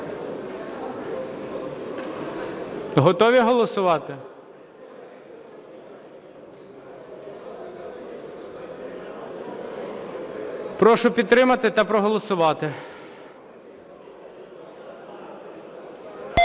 Готові голосувати? Прошу підтримати та проголосувати.